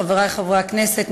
חברי חברי הכנסת,